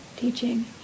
teaching